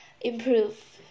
improve